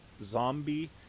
zombie